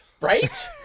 Right